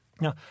Now